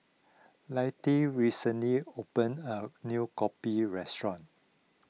Liddie recently opened a new Kopi Restaurant